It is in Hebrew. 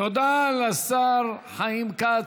תודה לשר חיים כץ,